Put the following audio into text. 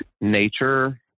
nature